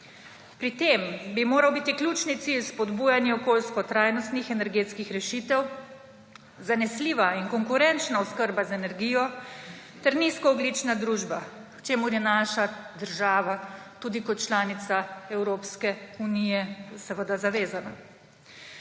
Pri tem bi moral biti ključni cilj spodbujanje okoljsko trajnostnih energetskih rešitev, zanesljiva in konkurenčna oskrba z energijo ter nizkoogljična družba, k čemur je naša država tudi kot članica Evropske unije seveda zavezana.